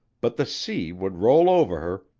but the sea would roll over her,